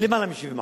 למעלה מ-70%,